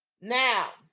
now